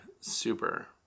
super